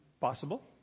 Possible